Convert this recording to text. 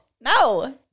No